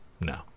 no